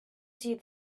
see